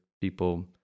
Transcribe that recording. people